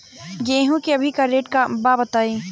गेहूं के अभी का रेट बा बताई?